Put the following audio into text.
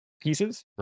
pieces